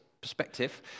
perspective